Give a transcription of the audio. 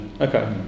Okay